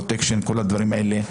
פרוטקשן וכל הדברים האלה,